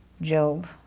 Job